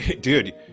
Dude